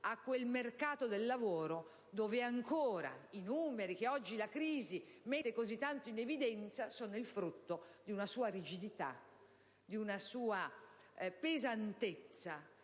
a quel mercato del lavoro dove ancora i numeri che oggi la crisi mette così tanto in evidenza sono il frutto di una sua rigidità, di una sua pesantezza